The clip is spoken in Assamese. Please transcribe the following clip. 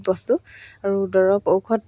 এম্ব্ৰইডাৰী মেখেলা চাদৰবিলাক